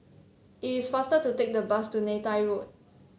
It is faster to take the bus to Neythai Road